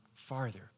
farther